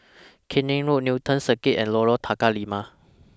Keene Road Newton Circus and Lorong Tukang Lima